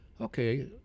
okay